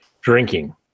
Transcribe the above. drinking